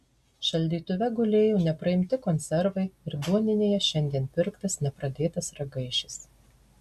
šaldytuve gulėjo nepraimti konservai ir duoninėje šiandien pirktas nepradėtas ragaišis